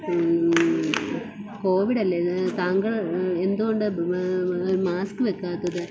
Covid അല്ല ഇത് താങ്കൾ എന്തുകൊണ്ട് മാസ്ക് വയ്ക്കാത്തത്